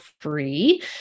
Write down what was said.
free